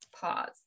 Pause